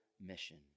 mission